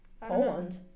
Poland